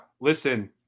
Listen